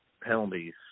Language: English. penalties